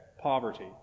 poverty